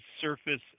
surface